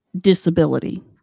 disability